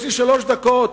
יש לי שלוש דקות,